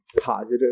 positive